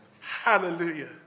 Hallelujah